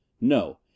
No